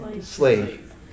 Slave